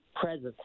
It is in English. presence